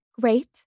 Great